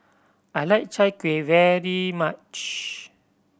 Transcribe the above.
I like Chai Kuih very much